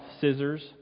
scissors